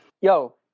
Yo